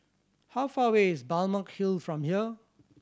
how far away is Balmeg Hill from here